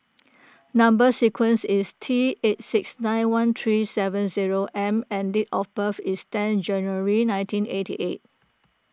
Number Sequence is T eight six nine one three seven zero M and date of birth is ten January nineteen eighty eight